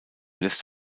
lässt